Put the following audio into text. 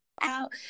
out